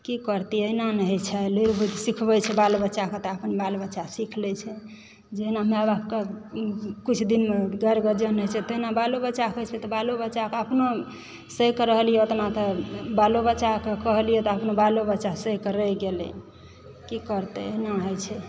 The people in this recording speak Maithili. की करतियै अहिना न होइत छै लुरि बुद्धि सिखबै छै बालबच्चाके तऽ अपन बाल बच्चा सिख लय छै जहिना माय बापकऽ किछु दिन गारि बजाउन होइत छै तहिना बालो बच्चाकेँ होइत छै तऽ बालो बच्चा अपनो सहिके रहलियै ओतना तऽ बालो बच्चाकेँ कहलियै तऽ अपनो बालो बच्चा सहिकऽ रहि गेलै की करतै अहिना होइत छै